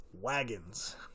Wagons